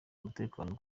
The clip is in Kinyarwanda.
umutekano